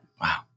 Wow